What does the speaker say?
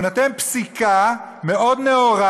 הוא נותן פסיקה מאוד נאורה,